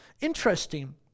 Interesting